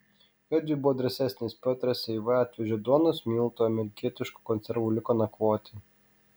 juodvi buvo drąsesnės piotras eiva atvežė duonos miltų amerikietiškų konservų liko nakvoti